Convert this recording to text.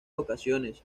ocasiones